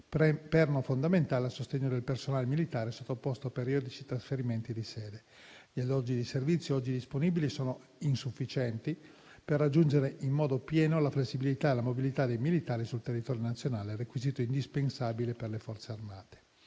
perno fondamentale a sostegno del personale militare, sottoposto a periodici trasferimenti di sede. Gli alloggi di servizio oggi disponibili sono insufficienti per raggiungere in modo pieno la flessibilità e la mobilità dei militari sul territorio nazionale, requisito indispensabile per le Forze armate.